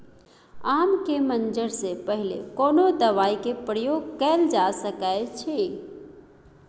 आम के मंजर से पहिले कोनो दवाई के प्रयोग कैल जा सकय अछि?